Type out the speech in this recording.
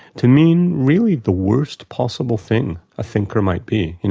to mean really the worst possible thing a thinker might be. you know,